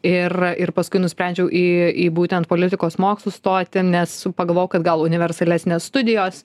ir ir paskui nusprendžiau į į būtent politikos mokslus stoti nes pagalvojau kad gal universalesnės studijos